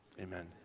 Amen